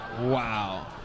Wow